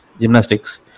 Gymnastics